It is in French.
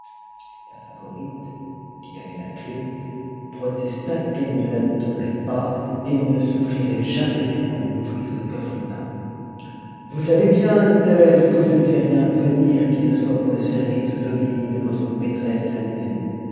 la favorite qui avait la clef protesta qu'elle ne la donnerait pas et ne souffrirait jamais qu'on ouvrit ce coffre là vous savez bien dit-elle que je ne fais rien venir qui ne soit pour le service de zobéide votre maîtresse et la mienne